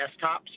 Desktops